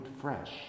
fresh